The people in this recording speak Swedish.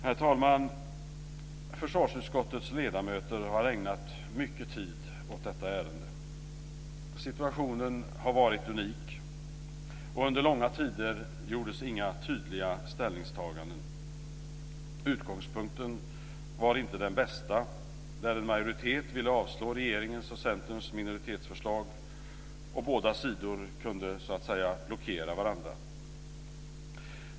Herr talman! Försvarsutskottets ledamöter har ägnat mycket tid åt detta ärende. Situationen har varit unik, och under långa tider gjordes inga tydliga ställningstaganden. Utgångspunkten var inte den bästa när en majoritet ville avslå regeringens och Centerns minoritetsförslag och båda sidor kunde blockera varandra.